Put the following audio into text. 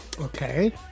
Okay